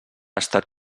estat